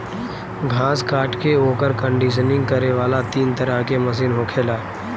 घास काट के ओकर कंडीशनिंग करे वाला तीन तरह के मशीन होखेला